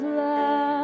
love